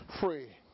Free